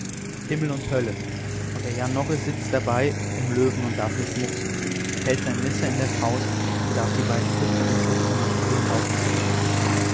himmel und hölle und der jan norris sitzt dabei im löwen und darf nicht mucksen hält sein messer in der faust und darf die beiden flüsternden schufte nicht über den haufen stoßen